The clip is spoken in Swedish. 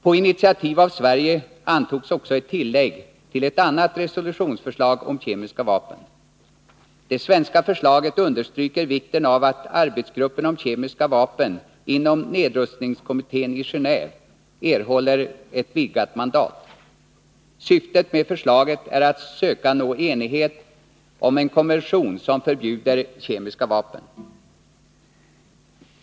På initiativ av Sverige antogs också ett tillägg till ett annat resolutionsförslag om kemiska vapen. Det svenska förslaget understryker vikten av att arbetsgruppen för kemiska vapen inom nedrustningskommittén i Geneve erhåller ett vidgat mandat. Syftet med förslaget är att söka nå enighet om en konvention som förbjuder kemiska vapen.